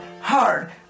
hard